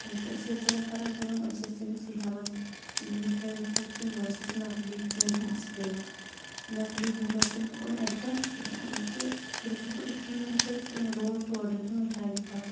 تہٕ أسۍ ٲسۍ دِوان کران کٲم أسۍ ٲسۍ تٔمِس یہِ ہٮ۪وان مِٹھٲے وِٹھٲے کیٚنٛہہ یورٕ ٲسِس نَقلی کیٚنٛہہ پونٛسہٕ دِوان نقلی وُہ رۄپیُن اوٚن اَکہِ دۄہ تہٕ سُہ تٔمِس اوس نہٕ أتھی یِوان بِچٲرِس تٔمۍ روٚٹ تورٕ دیُتُن مِٹھاے لِفاف